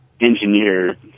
engineered